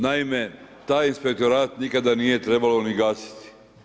Naime, taj inspektorat nikada nije trebalo ni gasiti.